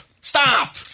Stop